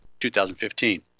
2015